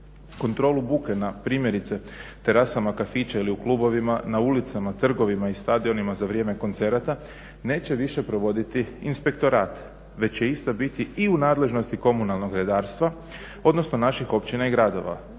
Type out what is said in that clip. kontrolu buke na primjerice terasama kafića ili u Klubovima na ulicama, trgovima i stadionima za vrijeme koncerata neće više provoditi inspektorat već će ista biti i u nadležnosti komunalnog redarstva odnosno naših općina i gradova